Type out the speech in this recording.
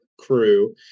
crew